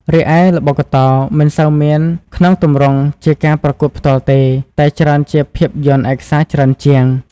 រីឯល្បុក្កតោ មិនសូវមានក្នុងទម្រង់ជាការប្រកួតផ្ទាល់ទេ តែច្រើនជាភាពយន្តឯកសារច្រើនជាង។